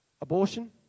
Abortion